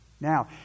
Now